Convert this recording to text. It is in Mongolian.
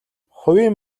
хувийн